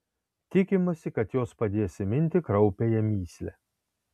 tikimasi kad jos padės įminti kraupiąją mįslę